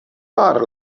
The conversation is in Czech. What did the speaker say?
pár